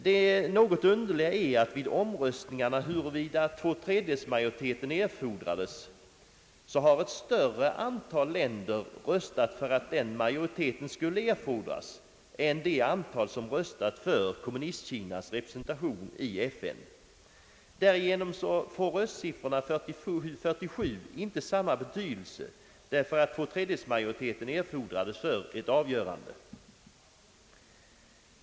Det något underliga är att vid omröstningarna huruvida två tredjedels majoritet erfordrades har ett större antal länder röstat härför än det antal som röstat för Kommunistkinas representation i FN. Därigenom får röstsiffrorna 47—47 inte samma betydelse därför att två tredjedels majoritet erfordras för avgörande.